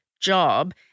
job